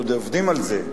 עוד עובדים על זה.